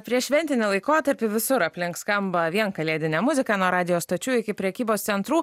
prieššventinį laikotarpį visur aplink skamba vien kalėdinė muzika nuo radijo stočių iki prekybos centrų